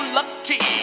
lucky